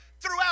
Throughout